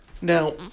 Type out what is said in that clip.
Now